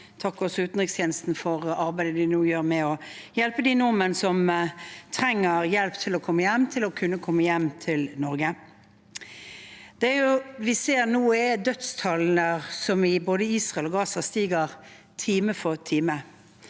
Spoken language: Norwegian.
og også utenrikstjenesten for arbeidet de nå gjør med å hjelpe de nordmenn som trenger hjelp til å komme hjem, til å kunne komme hjem til Norge. Det vi ser nå, er dødstall som i både Israel og Gaza stiger, time for time.